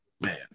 Man